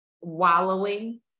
wallowing